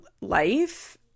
life